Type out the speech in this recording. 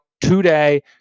Today